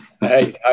Hey